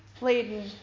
laden